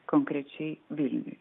konkrečiai vilniuj